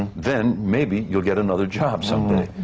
then maybe you'll get another job someday.